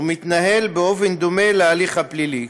ומתנהל באופן דומה להליך הפלילי.